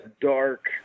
dark